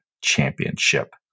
championship